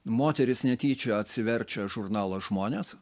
moteris netyčia atsiverčia žurnalą žmonės